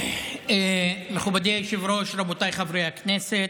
מכובדי היושב-ראש, רבותיי חברי הכנסת,